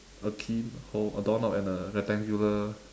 a key hole a door knob and a rectangular